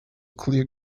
clear